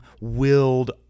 willed